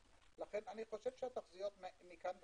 לכן אני חושב שהתחזיות מכאן ואילך,